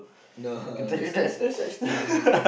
no there's there's no such thing